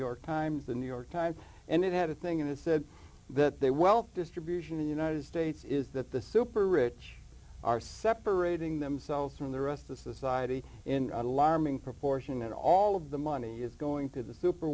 york times the new york times and it had a thing in it said that they wealth distribution in the united states is that the super rich are separating themselves from the rest of society in alarming proportion and all of the money is going to the super